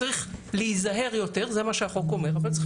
צריך להיזהר יותר זה מה שהחוק אומר אבל צריך